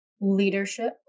leadership